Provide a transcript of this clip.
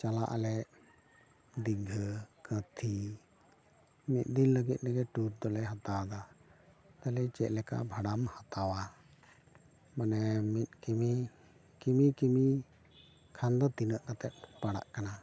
ᱪᱟᱞᱟᱜ ᱟᱞᱮ ᱫᱤᱜᱷᱟᱹ ᱠᱟᱹᱛᱷᱤ ᱢᱤᱫ ᱫᱤᱱ ᱞᱟᱹᱜᱤᱫ ᱜᱮ ᱴᱩᱨ ᱫᱚᱞᱮ ᱦᱟᱛᱟᱣ ᱫᱟ ᱛᱟᱦᱚᱞᱮ ᱪᱮᱫ ᱞᱮᱠᱟ ᱵᱷᱟᱲᱟᱢ ᱦᱟᱛᱟᱣᱟ ᱢᱟᱱᱮ ᱢᱤᱫ ᱠᱤᱢᱤ ᱠᱤᱢᱤ ᱠᱤᱢᱤ ᱠᱷᱟᱱ ᱫᱚ ᱛᱤᱱᱟᱹᱜ ᱠᱟᱛᱮ ᱯᱟᱲᱟᱜ ᱠᱟᱱᱟ